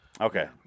Okay